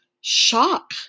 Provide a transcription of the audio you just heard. shock